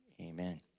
Amen